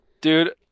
Dude